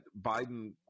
Biden